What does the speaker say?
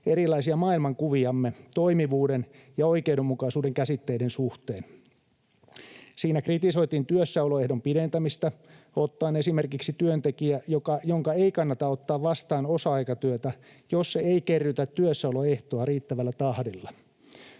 erilaisia maailmankuviamme toimivuuden ja oikeudenmukaisuuden käsitteiden suhteen. Siinä kritisoitiin työssäoloehdon pidentämistä ottaen esimerkiksi työntekijä, jonka ei kannata ottaa vastaan osa-aikatyötä, jos se ei kerrytä työssäoloehtoa riittävällä tahdilla.